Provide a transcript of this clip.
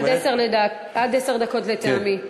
עד עשר דקות לטעמי,